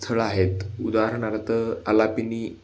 स्थळं आहेत उदाहरणार्थ आलापिनी